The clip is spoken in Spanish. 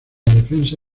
defensa